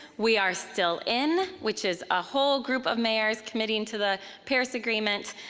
we are still in, which is a whole group of mayors committing to the paris agreement,